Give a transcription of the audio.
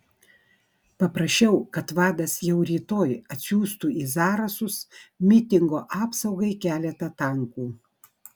paprašiau kad vadas jau rytoj atsiųstų į zarasus mitingo apsaugai keletą tankų